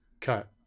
cut